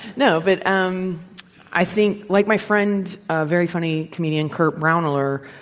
no, but, um i think like my friend, a very funny comedian, kurt brownler,